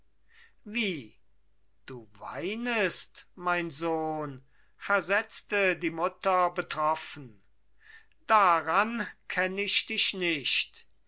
wie du weinest mein sohn versetzte die mutter betroffen daran kenn ich dich nicht